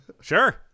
Sure